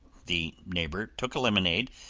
the neighbor took a lemonade,